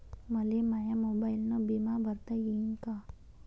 मले माया मोबाईलनं बिमा भरता येईन का?